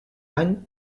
any